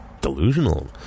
delusional